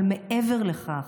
אבל מעבר לכך,